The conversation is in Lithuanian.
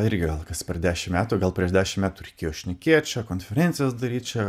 irgi gal kas per dešimt metų gal prieš dešimt metų reikėjo šnekėt čia konferencijas daryt čia